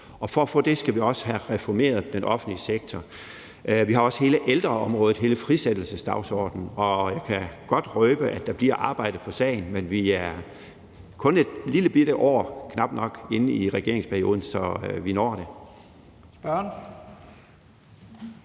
og for at få det skal vi også have reformeret den offentlige sektor. Vi har også hele ældreområdet og hele frisættelsesdagsordenen, og jeg kan godt røbe, at der bliver arbejdet på sagen. Men vi er kun et lillebitte år, knap nok, inde i regeringsperioden, så vi når det.